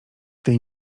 tej